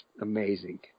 amazing